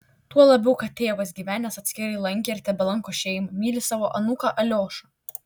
tuo labiau kad tėvas gyvenęs atskirai lankė ir tebelanko šeimą myli savo anūką aliošą